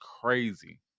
crazy